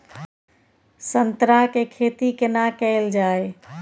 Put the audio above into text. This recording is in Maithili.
संतरा के खेती केना कैल जाय?